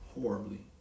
horribly